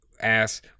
ass